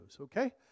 okay